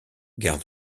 gare